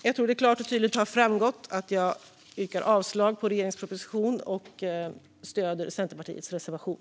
Jag tror att det klart och tydligt har framgått att jag yrkar avslag på regeringens proposition och bifall till Centerpartiets reservation.